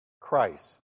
Christ